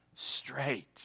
straight